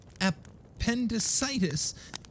Appendicitis